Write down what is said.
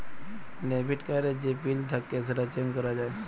debit card এর যে pin থাক্যে সেটা চেঞ্জ ক্যরা যায়